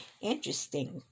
interesting